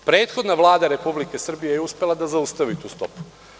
Prethodna Vlada Republike Srbije je uspela da zaustavi tu stopu.